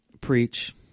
preach